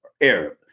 Arab